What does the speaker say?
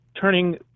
Turning